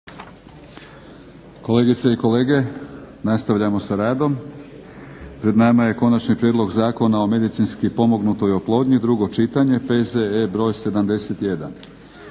Kolegice i kolege nastavljamo sa radom. Pred nama je - Konačni prijedlog Zakona o medicinski pomognutoj oplodnji, drugo čitanje, P.Z.E. br. 71;